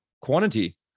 quantity